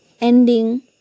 ending